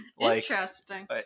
Interesting